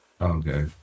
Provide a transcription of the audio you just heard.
Okay